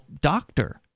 doctor